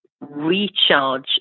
recharge